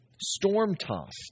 storm-tossed